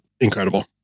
incredible